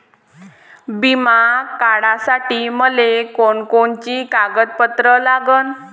बिमा काढासाठी मले कोनची कोनची कागदपत्र लागन?